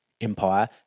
empire